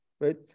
right